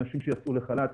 לאנשים שיצאו לחל"ת,